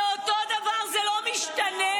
זה אותו דבר, זה לא משתנה.